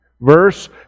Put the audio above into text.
verse